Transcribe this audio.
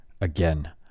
Again